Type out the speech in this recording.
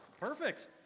Perfect